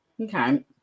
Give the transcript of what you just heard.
Okay